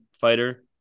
fighter